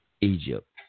Egypt